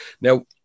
Now